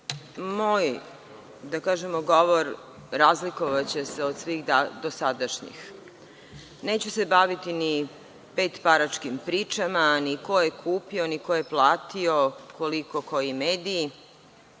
moj, da kažemo, govor razlikovaće se od svih dosadašnjih. Neću se baviti ni petparačkim pričama, ni ko je kupio, ni ko je platio koliko koji medij. Mediji